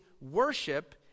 worship